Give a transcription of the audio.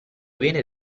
viene